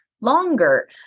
longer